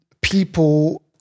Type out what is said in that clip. people